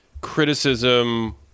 criticism